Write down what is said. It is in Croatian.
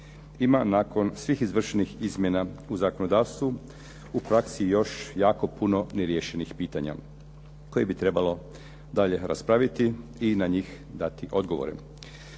ima nakon svih izvršenih izmjena u zakonodavstvu u praksi još jako puno neriješenih pitanja koje bi trebalo dalje raspraviti i na njih dati odgovore.